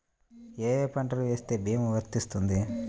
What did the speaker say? ఏ ఏ పంటలు వేస్తే భీమా వర్తిస్తుంది?